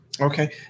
Okay